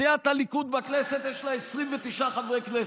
סיעת הליכוד בכנסת, יש בה 29 חברי כנסת.